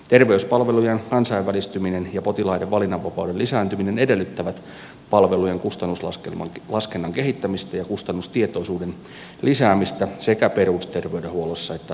terveyspalvelujen kansainvälistyminen ja potilaiden valinnanvapauden lisääntyminen edellyttävät palvelujen kustannuslaskennan kehittämistä ja kustannustietoisuuden lisäämistä sekä perusterveydenhuollossa että erikoissairaanhoidossa